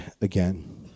again